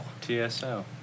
T-S-O